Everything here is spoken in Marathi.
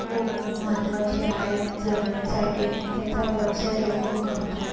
खूप महत्वाचे आहेत जगण्यासाठी त्याचा व्यवसाय लोकं करतात